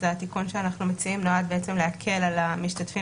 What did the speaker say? התיקון שאנחנו מציעים נועד להקל על המשתתפים